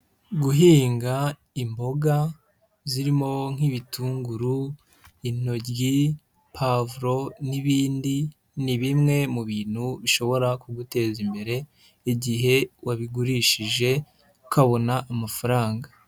Guhinga imboga zirimo nk'ibitunguru, intoryi, pavuro n'ibindi ni bimwe mu bintu bishobora kuguteza imbere igihe wabigurishije ukabona amafaranga.